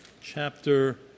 chapter